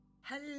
Hello